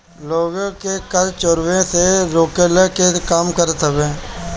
लोग के कर चोरावे से रोकला के काम करत हवे